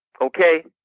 Okay